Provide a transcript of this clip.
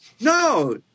No